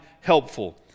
helpful